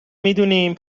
میدونیم